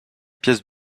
pièces